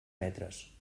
metres